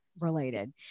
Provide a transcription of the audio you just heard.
related